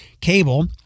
cable